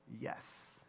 yes